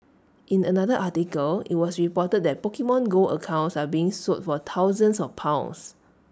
in another article IT was reported that Pokemon go accounts are being sold for thousands of pounds